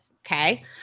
Okay